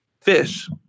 Fish